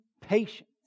Patience